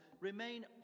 remain